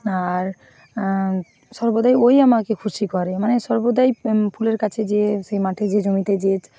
আর সর্বদাই ওই আমাকে খুশি করে মানে সর্বদাই ফুলের কাছে যেয়ে সেই মাটি যে জমিতে যেয়ে